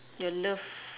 your love